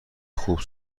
خوب